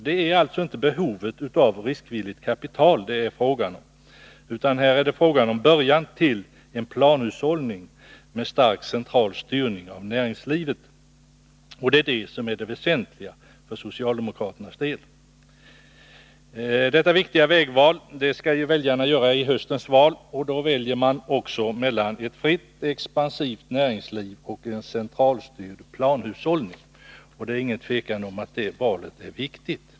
Det är alltså inte behovet av riskvilligt kapital som det är fråga om, utan om början till en planhushållning med stark central styrning av näringslivet. Det är detta som är det väsentliga för socialdemokraternas del. Det är ett viktigt vägval som väljarna får göra i höstens val. Då väljer man mellan ett fritt, expansivt näringsliv och en centralstyrd planhushållning. Det är inget tvivel om att det valet är viktigt.